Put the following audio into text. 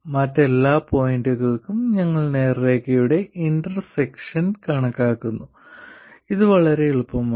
മറ്റെല്ലാ പോയിന്റുകൾക്കും ഞങ്ങൾ രണ്ട് നേർരേഖകളുടെ ഇന്റർസെക്ഷൻ കണക്കാക്കുന്നു ഇത് വളരെ എളുപ്പമാണ്